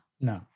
No